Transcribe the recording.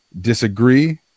disagree